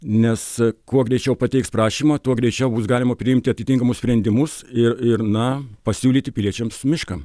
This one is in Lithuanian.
nes kuo greičiau pateiks prašymą tuo greičiau bus galima priimti atitinkamus sprendimus ir ir na pasiūlyti piliečiams mišką